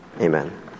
Amen